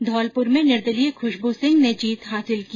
धौलपुर में निर्दलीय खुशबू सिंह ने जीत हासिल की